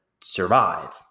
Survive